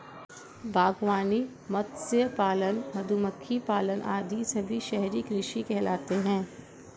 बागवानी, मत्स्य पालन, मधुमक्खी पालन आदि सभी शहरी कृषि कहलाते हैं